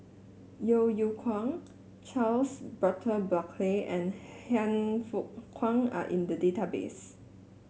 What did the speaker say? Yeo Yeow Kwang Charles Burton Buckley and Han Fook Kwang are in the database